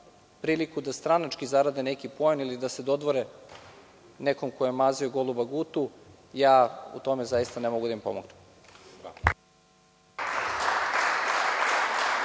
priliku da stranački zarade neki poen ili da se dodvore nekome ko je mazio goluba Gutu, ja u tome zaista ne mogu da im pomognem.